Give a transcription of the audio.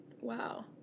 Wow